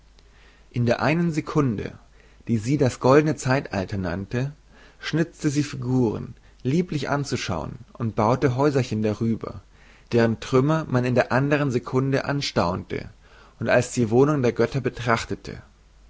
in der einen sekunde die sie das goldene zeitalter nannte schnitzte sie figuren lieblich anzuschauen und baute häuserchen darüber deren trümmer man in der andern sekunde anstaunte und als die wohnung der götter betrachtete